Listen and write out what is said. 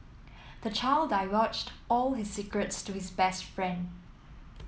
the child divulged all his secrets to his best friend